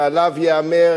ועליו ייאמר,